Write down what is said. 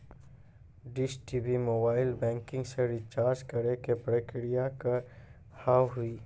Dish TV mobile banking से recharge करे के प्रक्रिया का हाव हई?